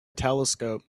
telescope